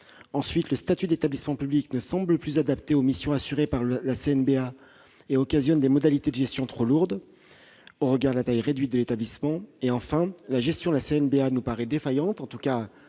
ensuite, le statut d'établissement public ne semble plus adapté aux missions assurées par la CNBA et occasionne des modalités de gestion trop lourdes au regard de la taille réduite de l'établissement ; enfin, la gestion de la CNBA nous paraît défaillante- en tout cas,